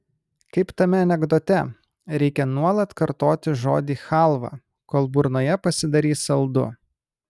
kaip tame anekdote reikia nuolat kartoti žodį chalva kol burnoje pasidarys saldu